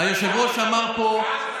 היושב-ראש אמר פה,